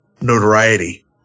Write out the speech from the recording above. notoriety